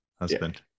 husband